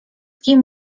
kim